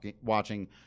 watching